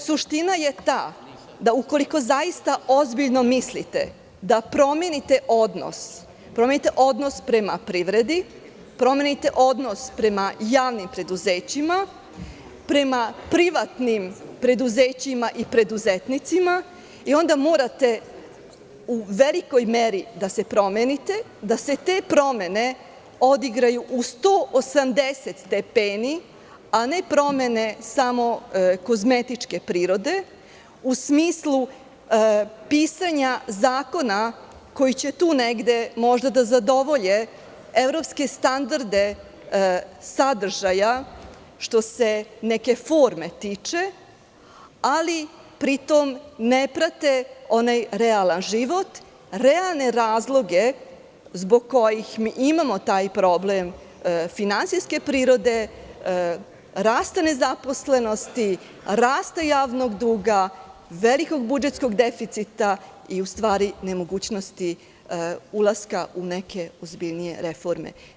Suština je ta da, ukoliko zaista ozbiljno mislite da promenite odnos, promenite odnos prema privredi, promenite odnos prema javnim preduzećima, prema privatnim preduzećima i preduzetnicima i onda morate u velikoj meri da se promenite, da se te promene odigraju u 180 stepeni, a ne promene samo kozmetičke prirode, u smislu pisanja zakona koji će tu negde, možda, da zadovolje evropske standarde sadržaja što se neke forme tiče, ali pri tom ne prate onaj realan život, realne razloge zbog kojih mi imamo taj problem finansijske prirode, rast nezaposlenosti, rasta javnog duga, velikog budžetskog deficita i, u stvari, nemogućnosti ulaska u neke ozbiljnije reforme.